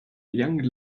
young